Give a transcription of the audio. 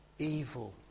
evil